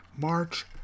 March